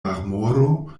marmoro